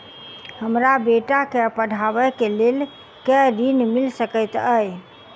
हमरा बेटा केँ पढ़ाबै केँ लेल केँ ऋण मिल सकैत अई?